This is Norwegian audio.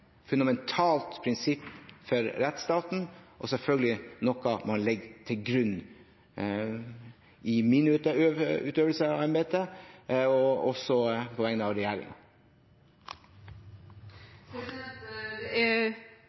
fundamentalt prinsipp for rettsstaten og er selvfølgelig noe jeg legger til grunn i min utøvelse av embetet – også på vegne av regjeringen. Det er